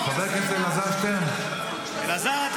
אלעזר שטרן,